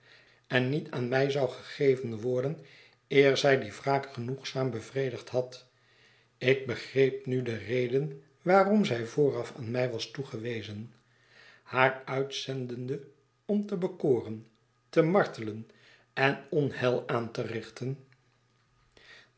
en niet aan my zou gegeven worden eer zij die wraak genoegzaam bevredigd had ik begreep nu de reden waarom zij vooraf aan mij was toegewezen haar uitzendende om te bekoren te martelen en onheil aan te richten